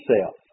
self